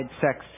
sex